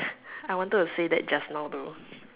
I wanted to say that just now though